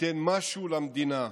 ייתן משהו למדינה,